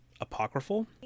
apocryphal